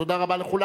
תודה רבה לכולם.